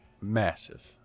massive